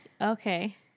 okay